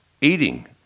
Eating